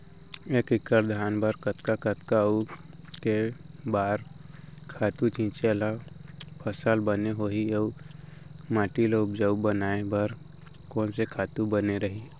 एक एक्कड़ धान बर कतका कतका अऊ के बार खातू छिंचे त फसल बने होही अऊ माटी ल उपजाऊ बनाए बर कोन से खातू बने रही?